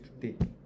today